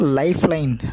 lifeline